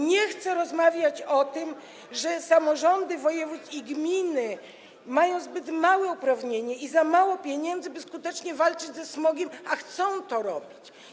Nie chce rozmawiać o tym, że samorządy województw i gminy mają zbyt małe uprawnienia i za mało pieniędzy, by skutecznie walczyć ze smogiem, a chcą to robić.